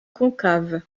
concave